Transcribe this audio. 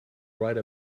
write